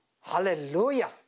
hallelujah